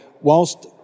whilst